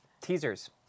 Teasers